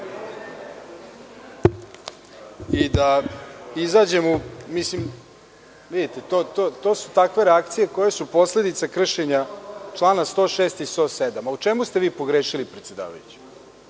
i da izađemo, vidite, to su takve reakcije koje su posledica kršenja člana 106. i 107. U čemu ste vi pogrešili, gospodine predsedavajući? Vi